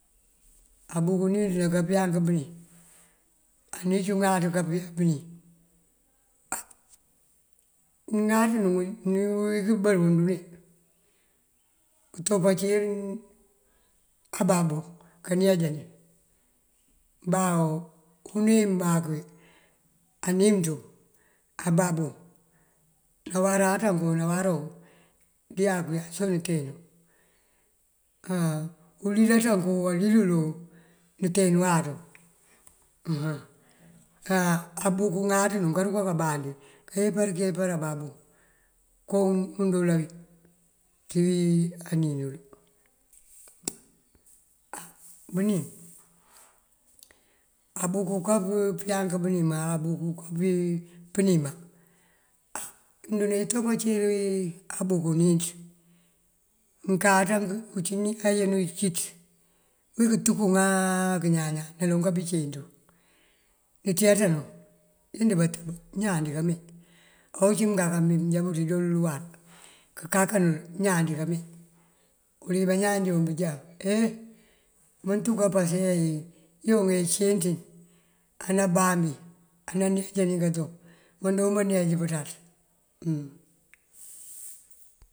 Abuk níinţ naká pëyank bënim, aníincu ŋáaţ kapëyá bënim, á bí ŋáaţ wun kí këmbër bun këntopacir ababú kaneejani. Ndah unú uwí mank wí animënţu ababú nawaráţank nawaráwoo ndiyá soŋ nëteen, alilanţanku oo alilanku nënteenuwaţun. Abuku ŋáaţ nun karuka kambandí kayempar këyempar ababu koowu ndoola wí ţí anínël. Bënim abuk kapëyank bënim, abuk kapënima mënduna këntopacir wí abuk níinţ. uncí ayënu cíţ uwí këntúkënáa këñaña naloŋ kabí ceenţú, nënţeenţanu ind batëb iñaan díka mee. Ocí mbí mënkaka mëjá bëţ këndoolël uwar kënkakanël iñaan díka mee. Uwël uwí bañaan joon bënjá ee mantúka opase bíwun ejeene ceenţin anambambin aneejánin kato manjombá neej pëţaţ.